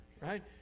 right